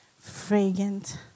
fragrant